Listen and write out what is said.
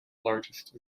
largest